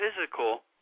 physical